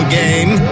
game